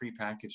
prepackaged